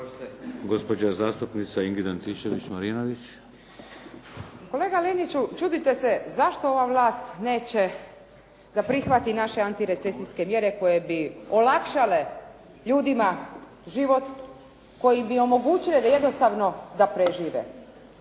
Marinović, Ingrid (SDP)** Kolega Liniću, čudite se zašto ova vlast neće da prihvati naše antirecesijske mjere koje bi olakšale ljudima život, koji bi omogućio jednostavno da prežive.